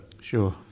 Sure